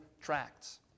tracts